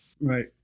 Right